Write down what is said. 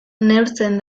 neurtzen